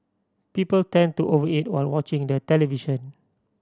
people tend to over eat while watching the television